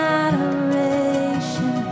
adoration